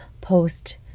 post